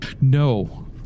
No